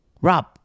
Rob